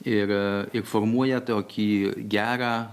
ir ir formuoja tokį gerą